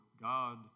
God